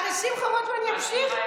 הרי שמחה רוטמן ימשיך.